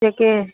जेके